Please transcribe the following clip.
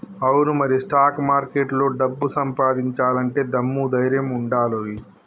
అవును మరి స్టాక్ మార్కెట్లో డబ్బు సంపాదించాలంటే దమ్ము ధైర్యం ఉండానోయ్